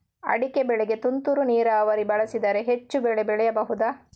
ಅಡಿಕೆ ಬೆಳೆಗೆ ತುಂತುರು ನೀರಾವರಿ ಬಳಸಿದರೆ ಹೆಚ್ಚು ಬೆಳೆ ಬೆಳೆಯಬಹುದಾ?